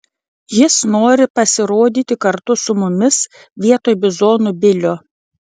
jis nori pasirodyti kartu su mumis vietoj bizonų bilio